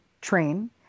train